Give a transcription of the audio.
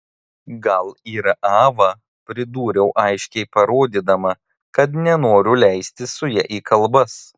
gal yra ava pridūriau aiškiai parodydama kad nenoriu leistis su ja į kalbas